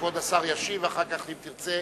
כבוד השר ישיב ואחר כך, אם תרצה,